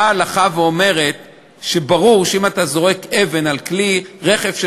באה ההלכה ואומרת שברור שאם אתה זורק אבן על כלי רכב שנוסע,